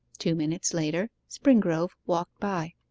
two minutes later springrove walked by.